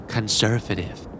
Conservative